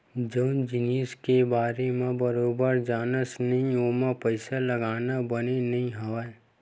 जउन जिनिस के बारे म बरोबर जानस नइ ओमा पइसा लगाना बने नइ होवय